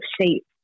shape